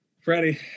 Freddie